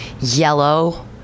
yellow